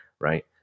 right